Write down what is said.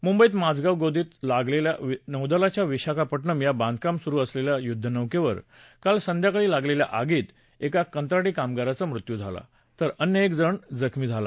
मुंबईत माझगाव गोदीत नौदलाच्या विशाखापट्टणम या बांधकाम सुरु असलच्या युद्धनौक्खे काल संध्याकाळी लागलच्या आगीत एका कंत्राटी कामगाराचा मृत्यू झाला तर अन्य एक जण जखमी झाला